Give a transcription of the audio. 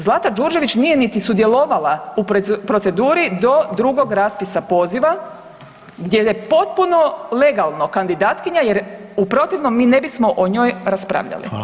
Zlata Đurđević nije niti sudjelovala u proceduri do drugog raspisa poziva gdje je potpuno legalno kandidatkinja, jer u protivnom mi ne bismo o njoj raspravljali.